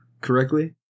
correctly